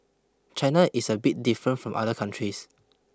China is a bit different from other countries